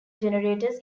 generators